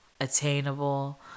attainable